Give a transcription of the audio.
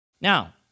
Now